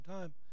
time